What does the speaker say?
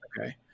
Okay